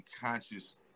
conscious